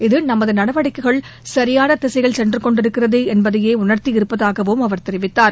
இது நமது நடவடிக்கைகள் சரியான திசையில் சென்று கொண்டிருக்கிறது என்பதையே உணர்த்தியிருப்பதாகவும் அவர் தெரிவித்தார்